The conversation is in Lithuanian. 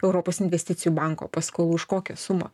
europos investicijų banko paskolų už kokią sumą